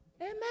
Amen